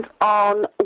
on